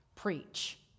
preach